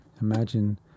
Imagine